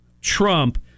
Trump